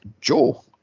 joe